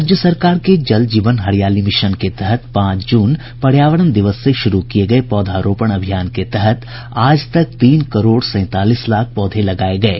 राज्य सरकार के जल जीवन हरियाली मिशन के तहत पांच जून पर्यावरण दिवस से शुरू किये गये पौधारोपण अभियान के तहत आज तक तीन करोड़ सैंतालीस लाख पौधे लगाये गये